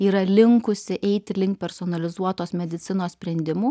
yra linkusi eiti link personalizuotos medicinos sprendimų